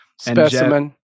Specimen